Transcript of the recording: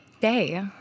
day